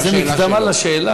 זו מקדמה לשאלה?